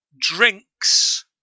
drinks